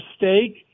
mistake